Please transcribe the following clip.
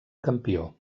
campió